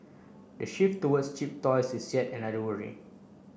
the shift towards cheap toys is yet another worry